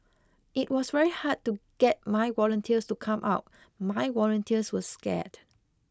it was very hard to get my volunteers to come out my volunteers were scared